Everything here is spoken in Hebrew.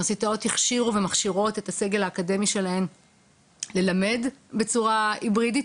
אוניברסיטאות הכשירו ומכשירות את הסגל האקדמי שלהם ללמד בצורה היברידית,